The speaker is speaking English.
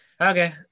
Okay